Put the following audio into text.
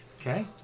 Okay